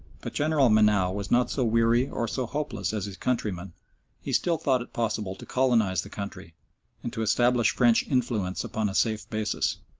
but general menou was not so weary or so hopeless as his countrymen he still thought it possible to colonise the country and to establish french influence upon a safe basis.